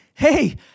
hey